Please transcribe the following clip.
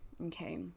okay